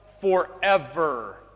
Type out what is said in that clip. forever